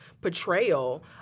portrayal